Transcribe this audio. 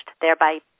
thereby